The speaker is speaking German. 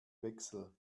wechsel